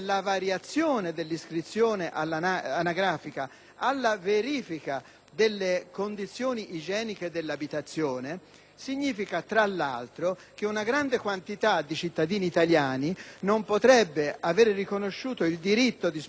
delle condizioni igieniche dell'abitazione significa, tra l'altro, che una grande quantità di cittadini italiani non potrebbe avere riconosciuto il diritto di spostare la residenza perché l'abitazione nella quale vanno a vivere ha